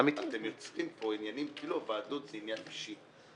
אתם יוצרים פה עניינים כאילו הוועדות זה עניין אישי.